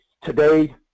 today